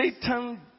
Satan